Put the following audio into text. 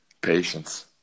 Patience